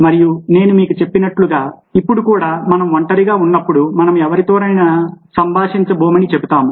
మరియు నేను మీకు చెప్పినట్లు ఇప్పుడు కూడా మనం ఒంటరిగా ఉన్నప్పుడు మనం మరెవరితోనూ సంభాషించబోమని చెబుతాము